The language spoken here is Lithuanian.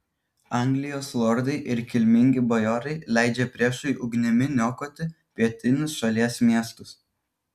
anglijos lordai ir kilmingi bajorai leidžia priešui ugnimi niokoti pietinius šalies miestus